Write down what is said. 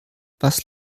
was